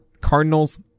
Cardinals